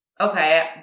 okay